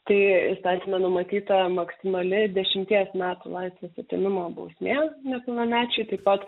tai įstatyme numatyta maksimali dešimties metų laisvės atėmimo bausmė nepilnamečiui taip pat